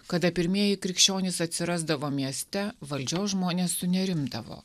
kada pirmieji krikščionys atsirasdavo mieste valdžios žmonės sunerimdavo